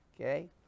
Okay